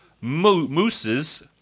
mooses